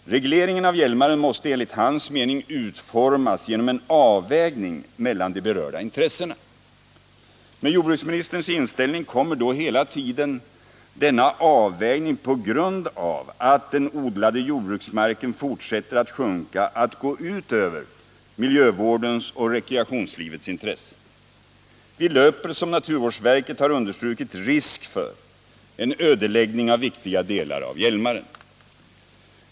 Regleringen av Hjälmaren måste enligt hans mening utformas genom en avvägning mellan de berörda intressena. Med jordbruksministerns inställning kommer då hela tiden denna avvägning på grund av att den odlade jordbruksmarken fortsätter att sjunka att gå ut över miljövårdens och rekreationslivets intressen. Vi löper. som naturvårdsverket har understrukit, risk för en ödeläggning av viktiga delar av Hjälmaren.